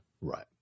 Right